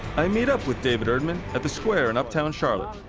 i meet up with david erdman at the square in uptown charlotte.